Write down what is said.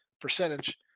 percentage